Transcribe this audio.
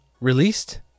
Released